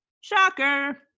shocker